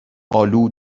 آلو